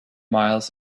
miles